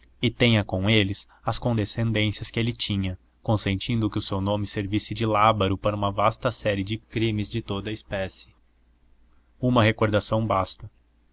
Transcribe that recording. e tenha com eles as condescendências que ele tinha consentindo que o seu nome servisse de lábaro para uma vasta série de crimes de toda a espécie uma recordação basta